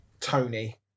Tony